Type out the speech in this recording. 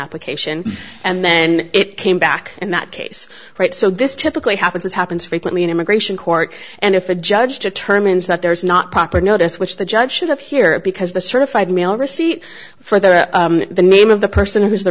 application and then it came back in that case right so this typically happens it happens frequently in immigration court and if a judge determines that there is not proper notice which the judge should have here because the certified mail receipt for there the name of the person who's the